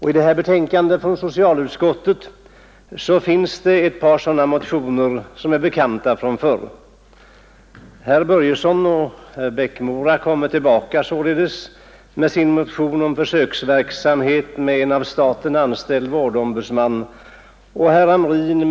I det här betänkandet från socialutskottet finns ett par sådana motioner som är bekanta från tidigare år.